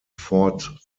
fort